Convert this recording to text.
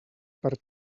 per